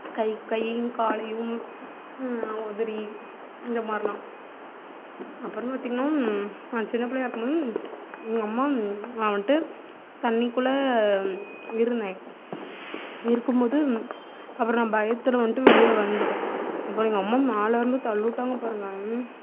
கை கையையும் காலையும் உதறி இந்த மாதிரிலாம் அப்புறம் பார்த்திங்கனா நான் சின்ன பிள்ளையா இருக்கும்போது எங்கள் அம்மா நான் வந்துட்டு தண்ணிக்குள்ளே இருந்தேன் இருக்கும்போது அப்புறம் நான் பயத்தில் வந்துட்டு வெளியில் வந்துவிட்டேன் அப்புறம் எங்கள் அம்மா மேலேருந்து தள்ளிவுட்டாங்க பாருங்கள்